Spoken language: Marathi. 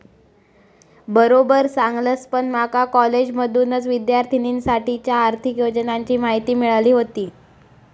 बरोबर सांगलस, पण माका कॉलेजमधसूनच विद्यार्थिनींसाठीच्या आर्थिक योजनांची माहिती मिळाली व्हती